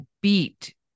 beat